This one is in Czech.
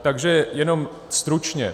Takže jenom stručně.